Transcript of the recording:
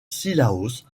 cilaos